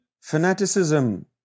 Fanaticism